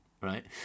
Right